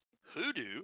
Hoodoo